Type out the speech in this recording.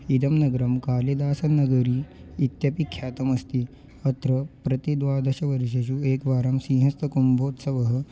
इदं नगरं कालिदासनगरी इत्यपि ख्यातमस्ति अत्र प्रतिद्वादशवर्षेषु एकवारं सीहस्तकुम्भोत्सवः